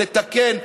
לתקן,